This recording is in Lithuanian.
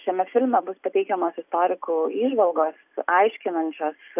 šiame filme bus pateikiamos istorikų įžvalgos aiškinančios